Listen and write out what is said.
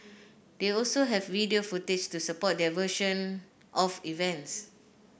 they also have video footage to support their version of events